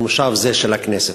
במושב זה של הכנסת.